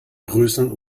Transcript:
größen